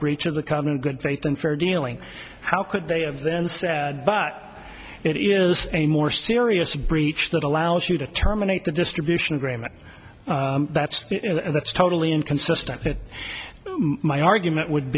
breach of the common good faith and fair dealing how could they have then said but it is a more serious breach that allows you to terminate the distribution agreement that's that's totally inconsistent my argument would